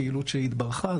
פעילות שהתברכה.